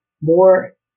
more